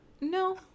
No